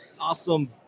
awesome